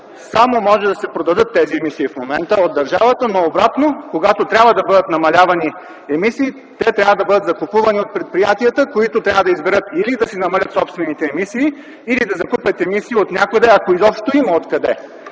само да се продадат от държавата, но обратно, когато трябва да бъдат намалявани емисии, те трябва да бъдат купувани от предприятията, които трябва да изберат – или да намалят собствените емисии, или да купят отнякъде емисии, ако изобщо има откъде,